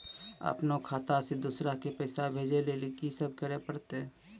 अपनो खाता से दूसरा के पैसा भेजै लेली की सब करे परतै?